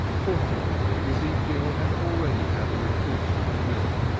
fortunately ezekiel had already had a repletion of milk,